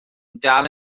dal